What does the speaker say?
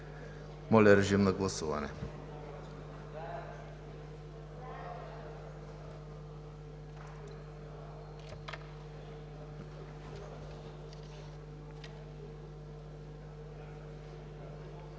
Моля, режим на гласуване.